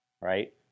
right